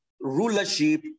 rulership